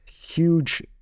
huge